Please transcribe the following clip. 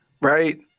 right